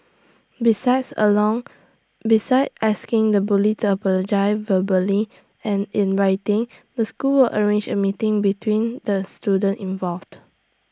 besides along besides asking the bully to apologise verbally and in writing the school will arrange A meeting between the students involved